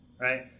right